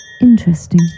Interesting